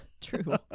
True